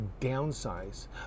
downsize